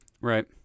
Right